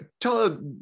tell